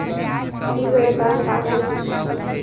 ई व्यवसाय का हे?